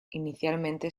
inicialmente